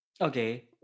Okay